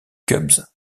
cubs